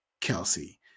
Kelsey